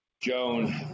Joan